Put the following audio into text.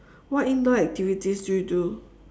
what indoor activities do you do